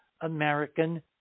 American